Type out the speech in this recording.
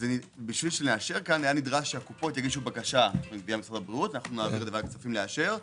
בשביל שנאשר היה נדרש שהקופות יגישו בקשה ונעביר לוועדת הכספים לאשר.